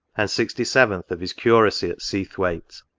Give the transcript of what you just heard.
and sixty seventh of his curacy at seathwaite.